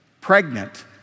pregnant